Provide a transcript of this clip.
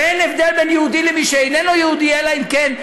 ואין הבדל בין יהודי או מי שאיננו יהודי אלא אם כן,